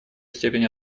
степень